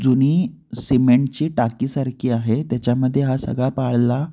जुनी सीमेंटची टाकीसारखी आहे त्याच्यामध्ये हा सगळा पाला